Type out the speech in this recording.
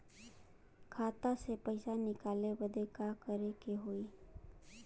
खाता से पैसा निकाले बदे का करे के होई?